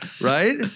right